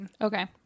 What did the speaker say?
Okay